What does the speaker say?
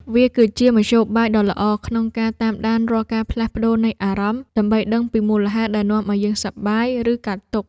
វាគឺជាមធ្យោបាយដ៏ល្អក្នុងការតាមដានរាល់ការផ្លាស់ប្តូរនៃអារម្មណ៍ ដើម្បីដឹងពីមូលហេតុដែលនាំឱ្យយើងសប្បាយ ឬកើតទុក្ខ។